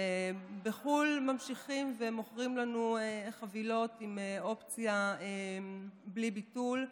ובחו"ל ממשיכים ומוכרים לנו חבילות עם אופציה בלי ביטול,